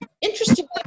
interestingly